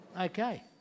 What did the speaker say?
Okay